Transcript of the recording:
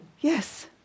Yes